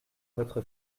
votre